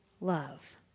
love